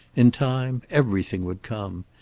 in time, everything would come.